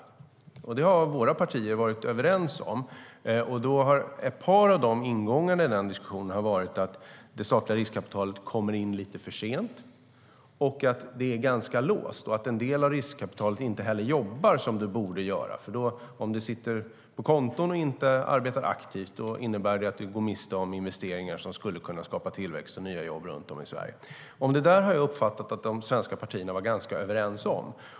Det har våra partier varit överens om. Ett par av ingångarna i den diskussionen har varit att det statliga riskkapitalet kommer in lite för sent, att det är ganska låst och att en del av riskkapitalet inte heller jobbar som det borde göra. Om det sitter på konton och inte arbetar aktivt innebär det nämligen att vi går miste om investeringar som skulle kunna skapa tillväxt och nya jobb runt om i Sverige. Det där har jag varit uppfattat att de svenska partierna varit ganska överens om.